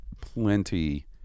plenty